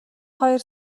хоёр